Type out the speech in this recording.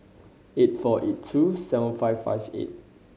eight four eight two seven five five eight